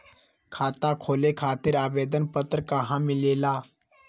खाता खोले खातीर आवेदन पत्र कहा मिलेला?